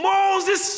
Moses